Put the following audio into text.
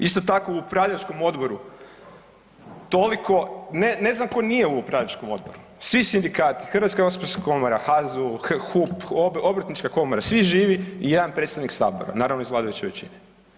Isto tako, u upravljačkom odboru toliko, ne, ne znam tko nije u upravljačkom odboru, svi sindikati, Hrvatska gospodarska komora, HZU, HUP, obrtnička komora, svi živi i jedan predstavnik sabora naravno iz vladajuće većine.